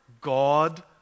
God